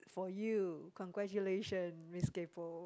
for you congratulation Miss kaypo